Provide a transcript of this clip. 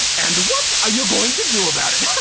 and what are you going to do about it?